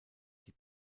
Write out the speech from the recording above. die